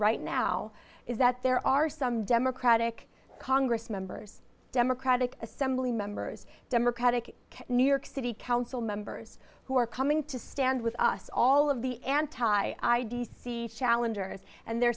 right now is that there are some democratic congress members democratic assembly members democratic new york city council members who are coming to stand with us all of the anti i d c challengers and they're